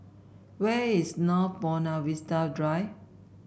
where is North Buona Vista Drive